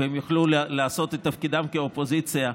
והם יוכלו לעשות את תפקידם כאופוזיציה,